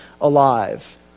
alive